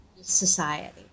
society